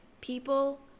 people